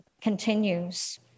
continues